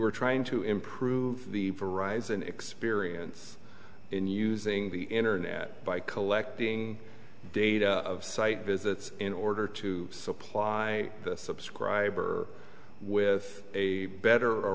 were trying to improve the horizon experience in using the internet by collecting data of site visits in order to supply the subscriber with a better